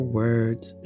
words